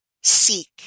seek